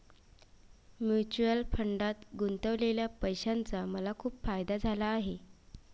mutual फंडात गुंतवलेल्या पैशाचा मला खूप फायदा झाला आहे